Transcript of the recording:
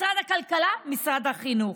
משרד הכלכלה ומשרד החינוך,